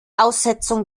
aussetzung